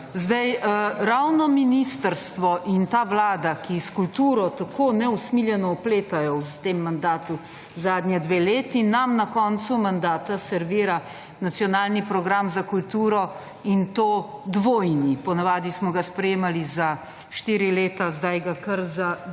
Zdaj, ravno ministrstvo in ta Vlada, ki s kulturo tako neusmiljeno opletajo v tem mandatu zadnji dve leti, nam na koncu mandata servira Nacionalni program za kulturo in to dvojni. Po navadi smo ga sprejemali za štiri leta, zdaj ga kar za dvojno